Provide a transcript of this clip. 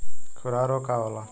खुरहा रोग का होला?